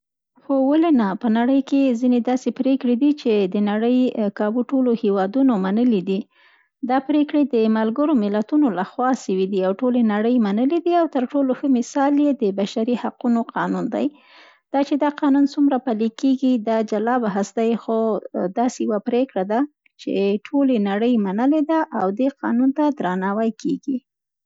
هو ولې نه، په نړۍ کې ځیني داسې پرېکړې دي، چي د نړۍ کابو ټولو هېوادونو منلي دي. دا پرېکړې د ملګرو ملتونو له لخوا سوي دي او ټولې نړۍ منلي دي او تر ټول ښه مثال یي د بشري حقونو قانون دی. دا چي دا قانون څومره پلی کېږي، دا جلا بحث دی، خو دا داسې یوه پرېکړه ده ،چي ټولې نړۍ منلې ده او دې قانون ته درناوی کېږي.